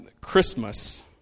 Christmas